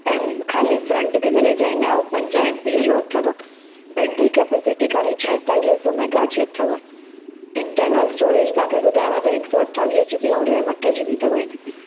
M ख़ाली front camera जो हुनजो पंज एमपीअ जो अथव बैटरी कैपेसिटी ख़ाली छहतालीह सौ मैगा जी अथव इंटरनल स्टोरेज तव्हांखे ॿुधायांव त हिकु सौ अठावीह जीबी ऐं रैम अठ जीबी अथव हिन